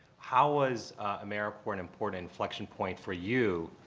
how was americorps an important inflection point for you,